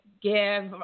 give